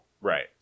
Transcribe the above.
Right